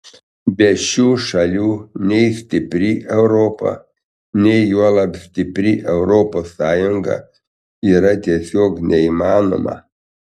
be šių šalių nei stipri europa nei juolab stipri europos sąjunga yra tiesiog neįmanoma